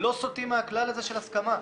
לא סוטים מהכלל של ההסכמה.